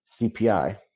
CPI